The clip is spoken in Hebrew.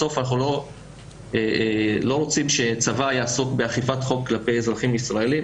בסוף אנחנו לא רוצים שצבא יעסוק באכיפת חוק כלפי אזרחים ישראלים,